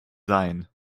sein